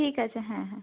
ঠিক আছে হ্যাঁ হ্যাঁ